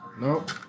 Nope